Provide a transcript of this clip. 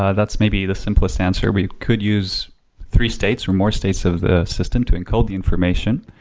ah that's maybe the simplest answer. we could use three states or more states of the system to encode the information.